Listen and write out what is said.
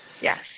Yes